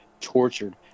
tortured